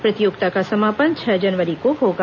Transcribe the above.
प्रतियोगिता का समापन छह जनवरी को होगा